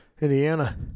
Indiana